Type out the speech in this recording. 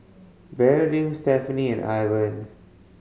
Bernadine Stephenie and Ivan